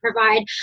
provide